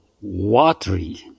watery